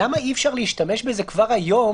למה אי אפשר להשתמש בזה כבר היום,